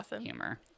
humor